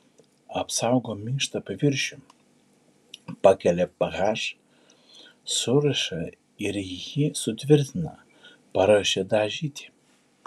apsaugo minkštą paviršių pakelia ph suriša ir jį sutvirtina paruošia dažyti